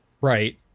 Right